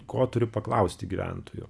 ko turi paklausti gyventojų